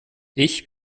ich